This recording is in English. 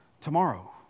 tomorrow